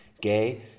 gay